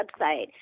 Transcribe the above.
website